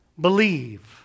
Believe